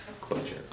closure